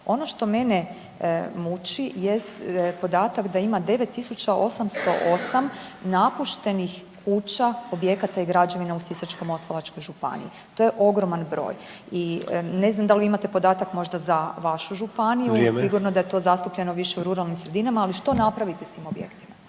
Ono što mene muči jest podatak da ima 9808 napuštenih kuća, objekata i građevina u Sisačko-moslavačkoj županiji. To je ogroman broj. I ne znam da li vi imate podatak možda za vašu županiju … …/Upadica Sanader: Vrijeme./… … sigurno da je to zastupljeno više u ruralnim sredinama, ali što napraviti sa tim objektima?